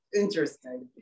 interesting